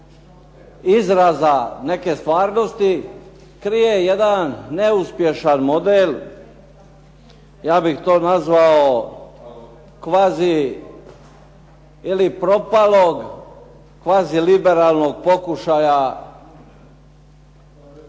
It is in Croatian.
izraza neke stvarnosti krije jedan neuspješan model ja bih to nazvao kvazi ili propalog kvazi liberalnog pokušaja.